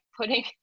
putting